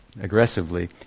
aggressively